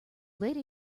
lady